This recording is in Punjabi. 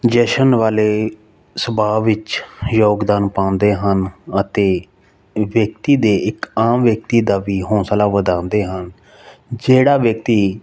ਜਸ਼ਨ ਵਾਲੇ ਸੁਭਾਅ ਵਿੱਚ ਯੋਗਦਾਨ ਪਾਉਂਦੇ ਹਨ ਅਤੇ ਵਿਅਕਤੀ ਦੇ ਇੱਕ ਆਮ ਵਿਅਕਤੀ ਦਾ ਵੀ ਹੌਂਸਲਾ ਵਧਾਉਂਦੇ ਹਨ ਜਿਹੜਾ ਵਿਅਕਤੀ